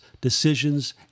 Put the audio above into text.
decisions